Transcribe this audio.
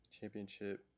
Championship